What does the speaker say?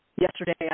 Yesterday